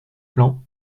plan